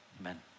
amen